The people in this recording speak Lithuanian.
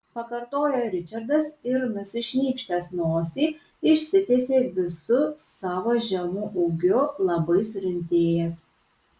pakartojo ričardas ir nusišnypštęs nosį išsitiesė visu savo žemu ūgiu labai surimtėjęs